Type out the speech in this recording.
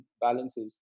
balances